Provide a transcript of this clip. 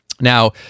Now